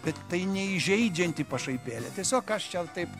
bet tai neįžeidžianti pašaipėle tiesiog kas čia taip